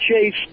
Chase